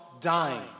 dying